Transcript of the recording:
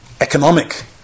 economic